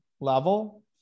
level